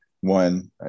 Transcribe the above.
one